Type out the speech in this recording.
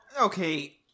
okay